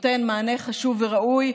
נותן מענה חשוב וראוי,